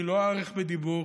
אני לא אאריך בדיבור,